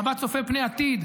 מבט צופה פני עתיד,